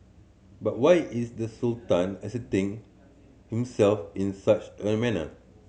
but why is the Sultan asserting himself in such a manner